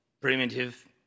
primitive